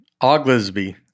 Oglesby